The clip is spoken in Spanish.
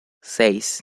seis